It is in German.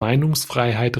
meinungsfreiheit